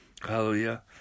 Hallelujah